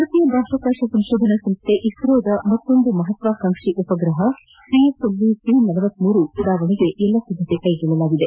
ಭಾರತೀಯ ಬಾಹ್ಯಾಕಾಶ ಸಂಸ್ಥೆ ಇಸ್ತೋದ ಮತ್ತೊಂದು ಮಹತ್ವಾಕಾಂಕ್ಷಿ ಉಪಗ್ರಹ ಪಿಎಸ್ಎಲ್ಎ ಉಡಾವಣೆಗೆ ಎಲ್ಲ ಸಿದ್ದತೆ ಕೈಗೊಳ್ಳಲಾಗಿದೆ